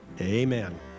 amen